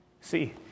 See